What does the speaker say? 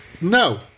no